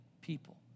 people